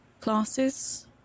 classes